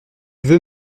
veut